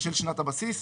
בשל שנת הבסיס,